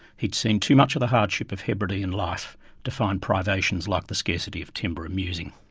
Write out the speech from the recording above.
he'd seen too much of the hardship of hebridean life to find privations like the scarcity of timber amusing.